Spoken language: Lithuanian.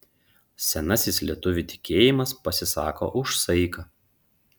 senasis lietuvių tikėjimas pasisako už saiką